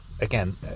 again